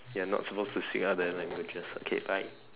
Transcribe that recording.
you're not suppose to say out the languages okay bye